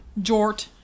jort